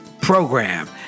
program